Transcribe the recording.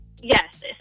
yes